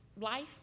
life